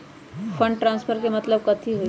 Fund transfer के मतलब कथी होई?